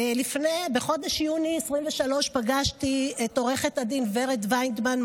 בחודש יוני 2023 פגשתי את עו"ד ורד ויידמן,